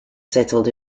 settled